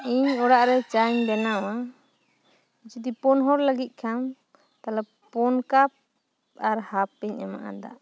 ᱤᱧ ᱚᱲᱟᱜ ᱨᱮ ᱪᱟᱧ ᱵᱮᱱᱟᱣᱟ ᱡᱩᱫᱤ ᱯᱳᱱ ᱦᱚᱲ ᱞᱟᱹᱜᱤᱫ ᱠᱷᱟᱱ ᱛᱟᱦᱞᱮ ᱯᱳᱱ ᱠᱟᱯ ᱟᱨ ᱦᱟᱯᱷᱤᱧ ᱮᱢᱟᱜ ᱟ ᱫᱟᱜ